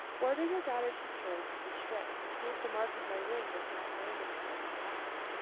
order your daughter's betrothed to be stripped, and see if the mark of my ring is not branded upon his back.